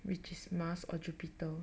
which is mars or jupiter